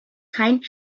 keinen